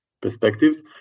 perspectives